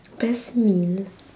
best meal